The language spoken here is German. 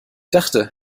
dachte